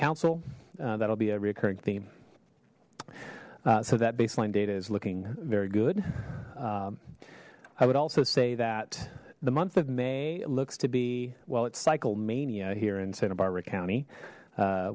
council that'll be a reoccurring theme so that baseline data is looking very good i would also say that the month of may looks to be well it's cycle mania here in santa barbara county